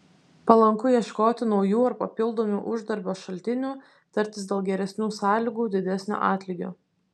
palanku ieškoti naujų ar papildomų uždarbio šaltinių tartis dėl geresnių sąlygų didesnio atlygio